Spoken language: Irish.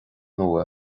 nua